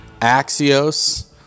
Axios